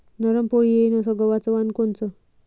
नरम पोळी येईन अस गवाचं वान कोनचं?